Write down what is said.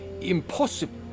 Impossible